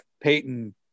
Peyton